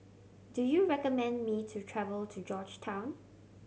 do you recommend me to travel to Georgetown